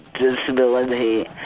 disability